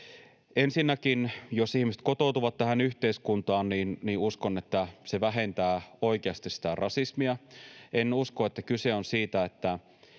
Ensinnäkin, jos ihmiset kotoutuvat tähän yhteiskuntaan, niin uskon, että se vähentää oikeasti sitä rasismia. En usko, että kyse on siitä,